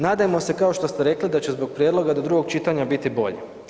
Nadajmo se kao što ste rekli da će zbog prijedlog do drugog čitanja biti bolje.